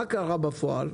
מה קרה בפועל?